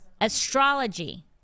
Astrology